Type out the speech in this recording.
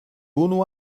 unu